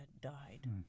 died